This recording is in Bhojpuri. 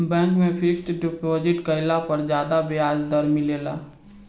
बैंक में फिक्स्ड डिपॉज़िट कईला पर ज्यादा ब्याज दर मिलेला